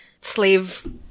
slave